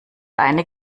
eine